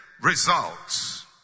results